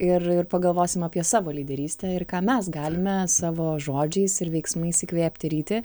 ir ir pagalvosim apie savo lyderystę ir ką mes galime savo žodžiais ir veiksmais įkvėpti ryti